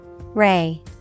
Ray